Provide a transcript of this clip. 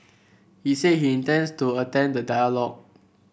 he said he intends to attend the dialogue